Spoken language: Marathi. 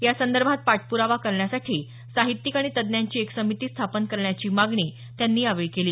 यासंदर्भात पाठप्रावा करण्यासाठी साहित्यिक आणि तज्ञांची एक समिती स्थापन करण्याची मागणी त्यांनी यावेळी केली